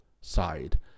side